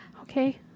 Okay